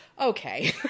okay